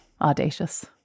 Audacious